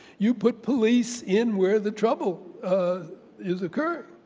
you put police in where the trouble is occurring.